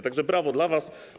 Tak że brawo dla was.